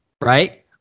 right